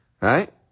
right